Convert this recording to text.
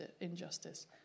injustice